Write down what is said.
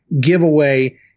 giveaway